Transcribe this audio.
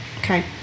okay